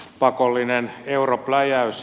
pakollinen europläjäys